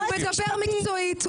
הוא מדבר מקצועית.